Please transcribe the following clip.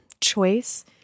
choice